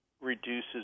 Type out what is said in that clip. reduces